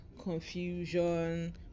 confusion